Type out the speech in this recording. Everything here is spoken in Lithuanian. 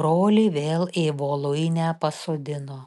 brolį vėl į voluinę pasodino